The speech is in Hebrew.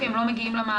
כי הם לא מגיעים למערכת.